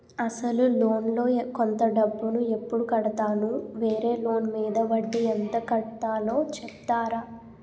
అసలు లోన్ లో కొంత డబ్బు ను ఎప్పుడు కడతాను? వేరే లోన్ మీద వడ్డీ ఎంత కట్తలో చెప్తారా?